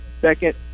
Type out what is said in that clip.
second